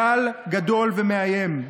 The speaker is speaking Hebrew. גל גדול ומאיים.